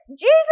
Jesus